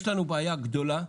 יש לנו בעיה גדולה,